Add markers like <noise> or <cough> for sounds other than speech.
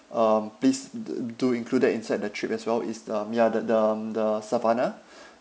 um please d~ do include it inside the trip as well is the mm ya the the mm the savannah <breath>